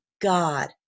God